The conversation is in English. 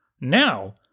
Now